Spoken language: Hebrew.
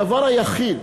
הדבר היחיד